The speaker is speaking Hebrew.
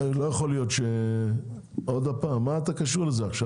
לא יכול ש --- מה את קשור לזה עכשיו?